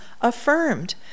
affirmed